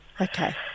Okay